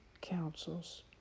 counsels